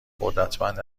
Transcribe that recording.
قدرتمند